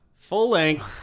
full-length